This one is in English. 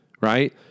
right